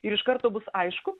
iš karto bus aišku